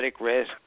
risk